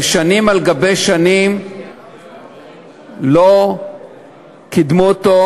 ושנים על שנים לא קידמו אותו,